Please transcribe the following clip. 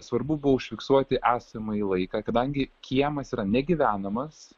svarbu buvo užfiksuoti esamąjį laiką kadangi kiemas yra negyvenamas